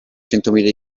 centomila